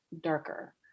darker